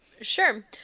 Sure